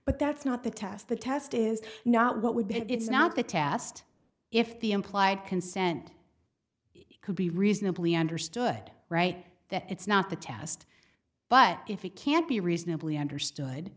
but that's not the test the test is not what we did it's not the test if the implied consent could be reasonably understood right that it's not the test but if it can't be reasonably understood